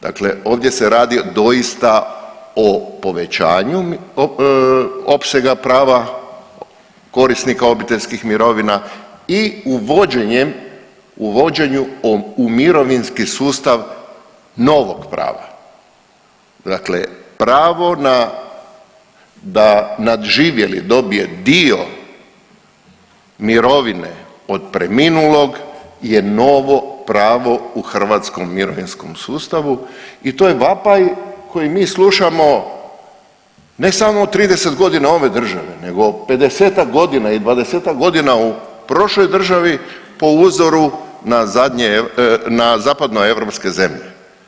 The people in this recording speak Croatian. Dakle ovdje se radi doista o povećanju opsega prava korisnika obiteljskih mirovina i uvođenjem i uvođenju u mirovinski sustav novog prava, dakle pravo na, da nadživjeli dobije dio mirovine od preminulog je novo pravo u hrvatskom mirovinskom sustavu i to je vapaj koji mi slušamo ne samo 30.g. ove države nego 50-tak godina i 20-tak godina u prošloj državi po uzoru na zapadnoeuropske zemlje.